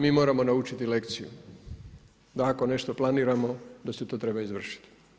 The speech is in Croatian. Mi moramo naučiti lekciju da ako nešto planiramo da se to treba izvršiti.